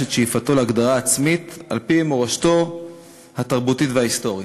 את שאיפתו להגדרה עצמית על-פי מורשתו התרבותית וההיסטורית.